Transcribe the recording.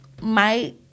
Mike